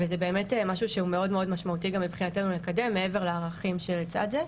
וזה באמת משהו שהוא מאוד משמעותי גם מבחינתנו לקדם מעבר לערכים שלצד זה.